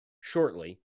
shortly